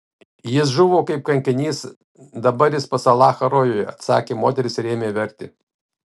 jis žuvo kaip kankinys dabar jis pas alachą rojuje atsakė moteris ir ėmė verkti